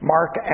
Mark